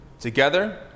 together